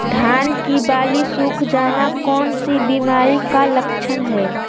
धान की बाली सुख जाना कौन सी बीमारी का लक्षण है?